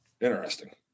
Interesting